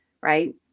right